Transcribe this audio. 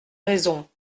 raison